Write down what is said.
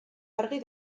argi